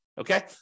Okay